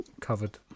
covered